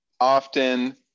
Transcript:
often